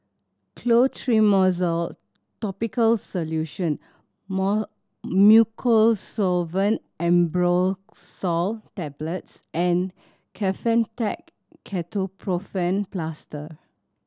Clotrimozole Topical Solution more Mucosolvan Ambroxol Tablets and Kefentech Ketoprofen Plaster